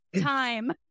time